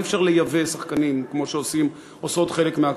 אי-אפשר לייבא שחקנים כמו שעושות חלק מהקבוצות.